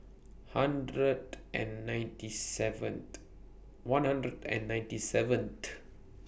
hundred and ninety seventh one hundred and ninety seventh